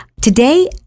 Today